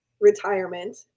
retirement